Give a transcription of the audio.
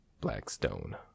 blackstone